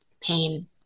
pain